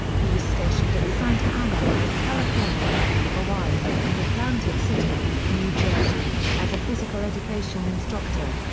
he was stationed at santa ana, california, hawaii, and atlantic city, new jersey, as a physical education instructor.